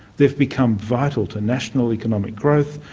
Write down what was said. they have become vital to national economic growth,